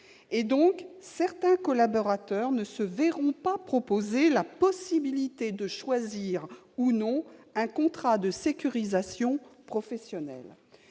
personnel. Certains collaborateurs ne se verront donc pas proposer la possibilité de choisir ou non un contrat de sécurisation professionnelle.